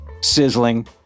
sizzling